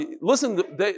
Listen